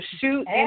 shoot